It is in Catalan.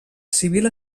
civil